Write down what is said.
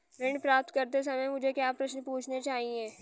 ऋण प्राप्त करते समय मुझे क्या प्रश्न पूछने चाहिए?